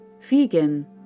vegan